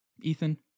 Ethan